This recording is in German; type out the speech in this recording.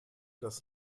das